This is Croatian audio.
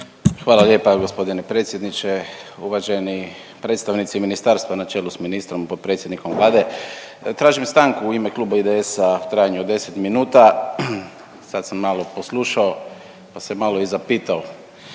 Hvala lijepa g. predsjedniče, uvaženi predstavnici ministarstva na čelu s ministrom i potpredsjednikom Vlade. Tražim stanku u ime Kluba IDS-a u trajanju od 10 minuta. Sad sam malo poslušao, pa se malo i zapitao,